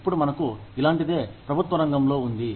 ఇప్పుడు మనకు ఇలాంటిదే ప్రభుత్వ రంగంలో ఉంది